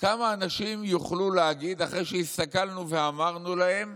כמה אנשים יוכלו להגיד, אחרי שהסתכלנו ואמרנו להם: